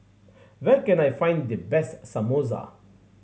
where can I find the best Samosa